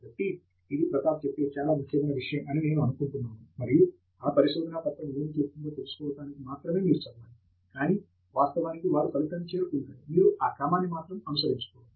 కాబట్టి ఇది ప్రతాప్ చెప్పే చాలా ముఖ్యమైన విషయం అని నేను అనుకుంటున్నాను మరియు ఆ పరిశోధనా పత్రము ఏమి చెబుతుందో తెలుసుకోవడానికి మాత్రమే మీరు చదవాలి కానీ వాస్తవానికి వారు ఫలితాన్ని చేరుకుంటారు మీరు ఆ క్రమాన్ని మాత్రం అనుకరించకూడదు